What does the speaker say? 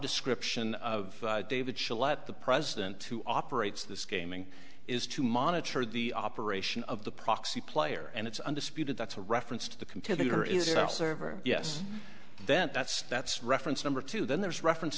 description of david shall let the president to operates this gaming is to monitor the operation of the proxy player and it's undisputed that's a reference to the computer is it our server yes then that's that's reference number two then there's reference